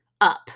up